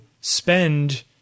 spend